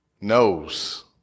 knows